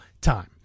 time